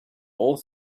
all